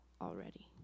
already